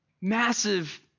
massive